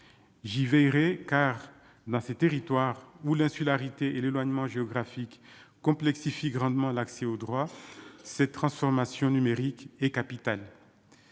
j'y veillerai, car dans ces territoires où l'insularité et l'éloignement géographique complexifie grandement l'accès au droit, cette transformation numérique et capital,